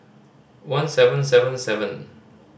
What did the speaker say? one seven seven seven